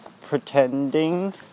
pretending